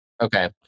Okay